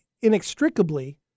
inextricably